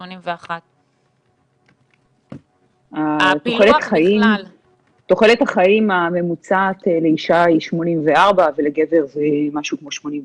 81. תוחלת החיים הממוצעת לאישה היא 84 ולגבר 82,